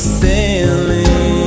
sailing